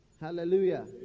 Hallelujah